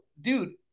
dude